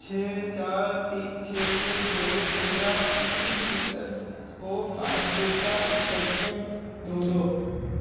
چھ چار تین چھ کے ذریعے میرا E P F O passbook کا اسٹیٹمنٹ ڈھونڈو